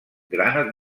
gran